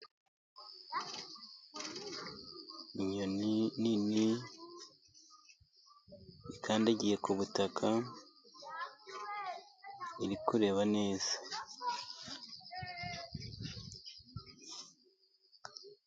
Inyoni nini ikandagiye ku butaka iri kureba neza.